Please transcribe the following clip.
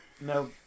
no